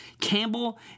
Campbell